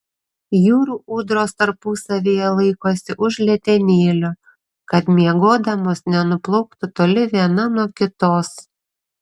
jūrų ūdros tarpusavyje laikosi už letenėlių kad miegodamos nenuplauktų toli viena nuo kitos